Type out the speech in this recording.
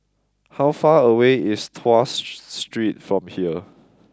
how far away is Tuas Street from here